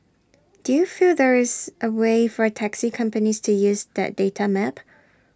do you feel there is A way for taxi companies to use that data map